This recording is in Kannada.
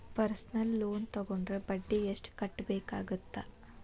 ಪರ್ಸನಲ್ ಲೋನ್ ತೊಗೊಂಡ್ರ ಬಡ್ಡಿ ಎಷ್ಟ್ ಕಟ್ಟಬೇಕಾಗತ್ತಾ